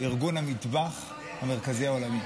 ארגון המטבח המרכזי העולמי.